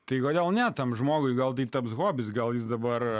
tai kodėl ne tam žmogui gal tai taps hobis gal jis dabar